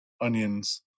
onions